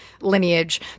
lineage